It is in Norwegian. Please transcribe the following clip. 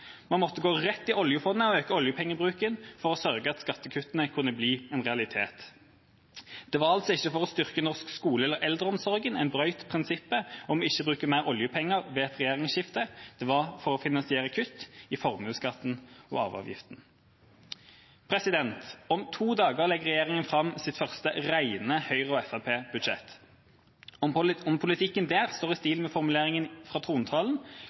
Man måtte gå rett til oljefondet og øke oljepengebruken for å sørge for at skattekuttene kunne bli en realitet. Det var altså ikke for å styrke norsk skole eller eldreomsorgen man brøt prinsippet om ikke å bruke mer oljepenger ved et regjeringsskifte. Det var for å finansiere kutt i formuesskatten og arveavgiften. Om to dager legger regjeringa fram sitt første rene Høyre- og Fremskrittsparti-budsjett. Om politikken der står i stil med formuleringene fra trontalen,